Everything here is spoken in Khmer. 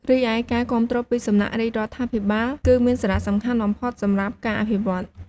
រីឯការគាំទ្រពីសំណាក់រាជរដ្ឋាភិបាល គឺមានសារៈសំខាន់បំផុតសម្រាប់ការអភិវឌ្ឍន៍។